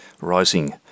rising